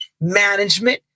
management